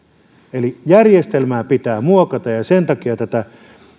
eli järjestelmää pitää muokata ja sen takia tätä